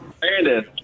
Brandon